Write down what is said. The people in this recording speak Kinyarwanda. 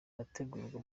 harategurwa